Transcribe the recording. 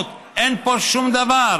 אין כאן קונמות, אין פה שום דבר,